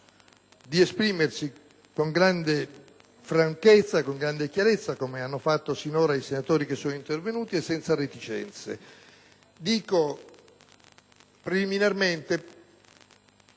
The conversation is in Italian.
di esprimersi con grande franchezza e chiarezza, come hanno fatto sinora i senatori intervenuti, e senza reticenze.